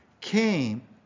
came